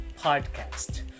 podcast